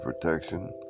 protection